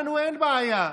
לנו אין בעיה,